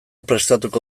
prestatuko